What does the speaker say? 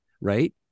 right